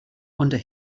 under